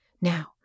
Now